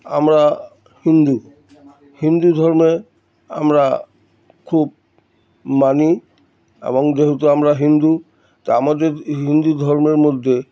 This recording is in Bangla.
আমরা হিন্দু হিন্দু ধর্মে আমরা খুব মানি এবং যেহেতু আমরা হিন্দু তা আমাদের হিন্দু ধর্মের মধ্যে